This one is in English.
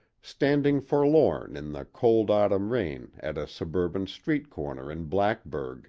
standing forlorn in the cold autumn rain at a suburban street corner in blackburg